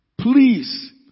please